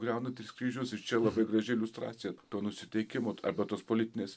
griaunantis kryžius ir čia labai graži iliustracija to nusiteikimo arba tos politinės